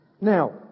Now